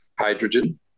Hydrogen